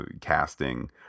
casting